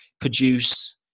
produce